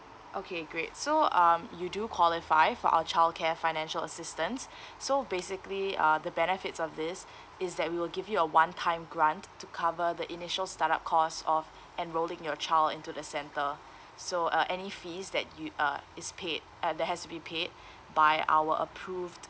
okay great so um you do qualify for our childcare financial assistance so basically uh the benefits of this is that we will give you a one time grant to cover the initial startup cost of enrolling your child into the centre so uh any fees that you uh is paid uh that has to be paid by our approved